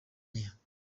nke